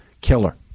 killer